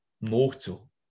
mortal